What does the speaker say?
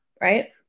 Right